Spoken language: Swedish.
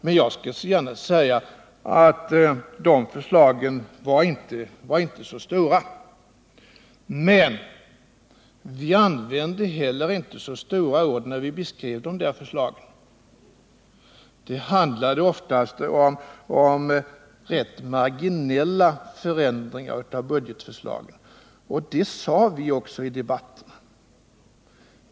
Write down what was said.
Jag skall gärna medge att de förslagen inte var så omfattande, men vi använde heller inte så stora ord när vi beskrev dem. Det handlade oftast om rätt marginella förändringar av budgetförslagen, och det sade vi också i debatterna.